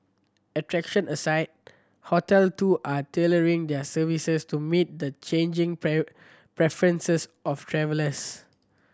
attraction aside hotel too are tailoring their services to meet the changing preferences of travellers